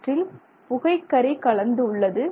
இவற்றில் புகைக்கரி கலந்து உள்ளது